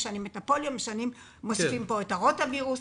משנים את הפוליו ומוסיפים פה את הרוטה וירוס.